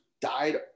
died